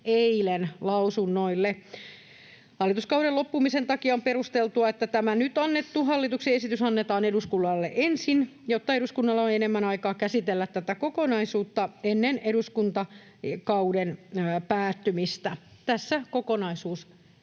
eilen lausunnoille. Hallituskauden loppumisen takia on perusteltua, että tämä nyt annettu hallituksen esitys annetaan eduskunnalle ensin, jotta eduskunnalla on enemmän aikaa käsitellä tätä kokonaisuutta ennen eduskuntakauden päättymistä. Tässä kokonaisuus.